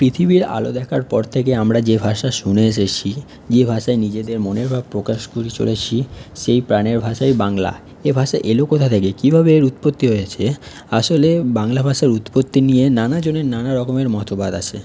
পৃথিবীর আলো দেখার পর থেকেই আমরা যে ভাষা শুনে এসেছি যে ভাষায় নিজেদের মনের ভাব প্রকাশ করে চলেছি সেই প্রাণের ভাষায় বাংলা ভাষা এ ভাষা এলো কথা থেকে কীভাবে এর উৎপত্তি হয়েছে আসলে বাংলা ভাষার উৎপত্তি নিয়ে নানা জনের নানা রকমের মতবাদ আছে